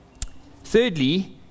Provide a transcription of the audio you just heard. Thirdly